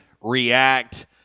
react